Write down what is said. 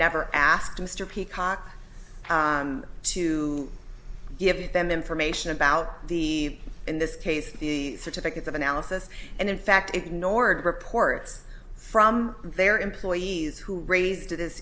never asked mr peacocke to give them information about the in this case the certificate of analysis and in fact ignored reports from their employees who raised this